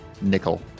nickel